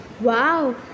Wow